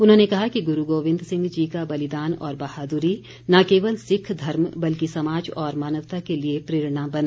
उन्होंने कहा कि गुरू गोबिंद सिंह जी का बलिदान और बहादुरी न केवल सिख धर्म बल्कि समाज और मानवता के लिए प्रेरणा बना